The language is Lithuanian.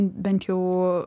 bent jau